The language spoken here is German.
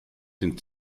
den